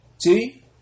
See